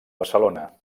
barcelona